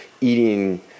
eating